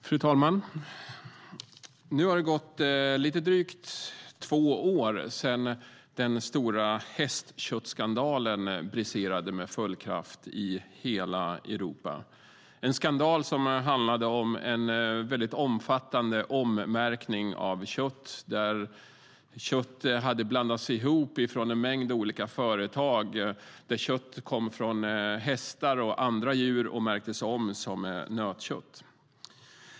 Fru talman! Nu har det gått lite drygt två år sedan den stora hästköttsskandalen briserade med full kraft i hela Europa. Det var en skandal som handlade om en omfattande ommärkning av kött, där kött hade blandats ihop från en mängd olika företag, där kött kom från hästar och andra djur och märktes om som nötkött.